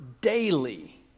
daily